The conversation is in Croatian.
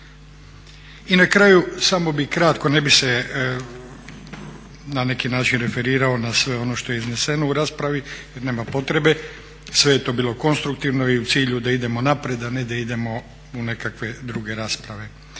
I na kraju samo bih kratko, ne bih se na neki način referirao na sve ono što je izneseno u raspravi jer nema potrebe, sve je to bilo konstruktivno i u cilju da idemo naprijed, a ne da idemo u nekakve druge rasprave.